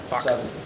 seven